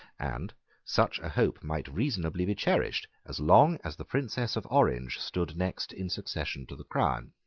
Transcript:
and such a hope might reasonably be cherished as long as the princess of orange stood next in succession to the crown.